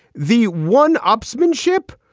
the one upsmanship.